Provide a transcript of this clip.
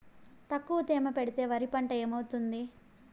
తక్కువ తేమ పెడితే వరి పంట ఏమవుతుంది